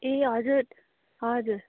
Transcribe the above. ए हजुर हजुर